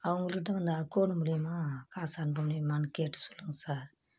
அவங்கக்கிட்டே வந்து அகௌண்ட்டு மூலிமா காசு அனுப்ப முடியுமான்னு கேட்டு சொல்லுங்கள் சார்